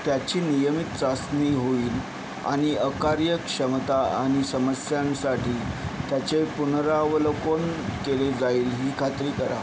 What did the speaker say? त्याची नियमित चाचणी होईल आणि अकार्यक्षमता आणि समस्यांसाठी त्याचे पुनरावलोकन केले जाईल ही खात्री करा